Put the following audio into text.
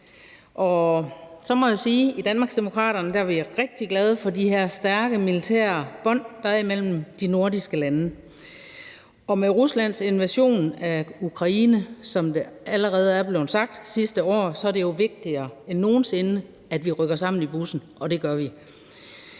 I Danmarksdemokraterne er vi rigtig glade for de her stærke militære bånd, der er imellem de nordiske lande. Med Ruslands invasion af Ukraine sidste år er det, som det allerede er blevet sagt, vigtigere end nogen sinde, at vi rykker sammen i bussen. Og det gør vi.